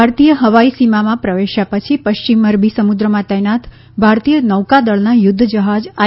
ભારતીય હવાઈ સીમામાં પ્રવેશ્યા પછી પશ્ચિમ અરબી સમુદ્રમાં તૈનાત ભારતીય નૌકાદળના યુદ્ધ જહાજ આઇ